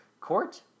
court